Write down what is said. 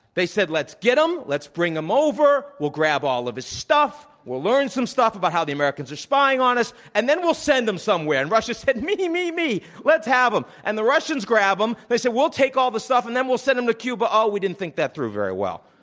they said, let's get him. let's bring him over. we'll grab all of his stuff. we'll learn some stuff about how the american's are spying on us. and then, we'll send him somewhere. and russia said, me, me, me. let's have him. and the russians grab him. they said, we'll take all the stuff. and then, we'll send him to cuba. oh, we didn't think that through very well.